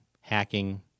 hacking